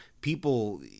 people